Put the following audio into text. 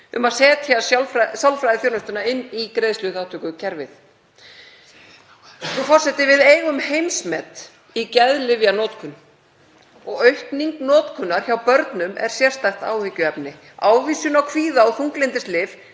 um að setja sálfræðiþjónustu inn í greiðsluþátttökukerfið. Frú forseti. Við eigum heimsmet í geðlyfjanotkun og aukning notkunar hjá börnum er sérstakt áhyggjuefni. Ávísun á kvíða- og þunglyndislyf